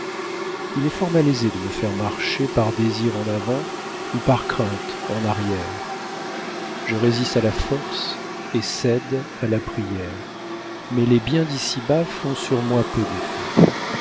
il est fort malaisé de me faire marcher par désir en avant ou par crainte en arrière je résiste à la force et cède à la prière mais les biens d'ici-bas font sur moi peu d'effet